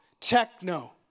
techno